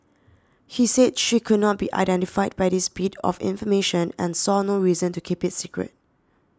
he said she could not be identified by this bit of information and saw no reason to keep it secret